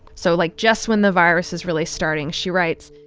so, like, just when the virus is really starting. she writes,